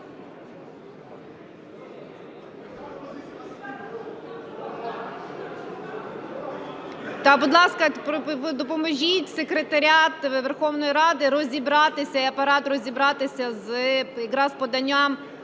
Будь ласка, допоможіть, секретаріат Верховної Ради розібратися, і Апарат, розібратися якраз з поданням